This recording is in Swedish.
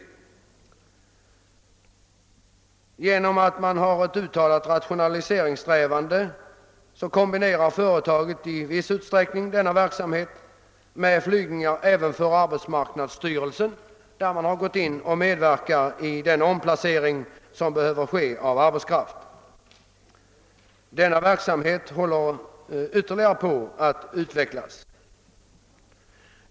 På grund av att man har klart uttalade rationaliseringssträvanden kombinerar företaget i viss utsträckning denna verksamhet med flygningar även för arbetsmarknadsstyrelsen och medverkar därigenom vid omplaceringen av arbetskraft. Denna verksamhet håller på att ytterligare utvecklas.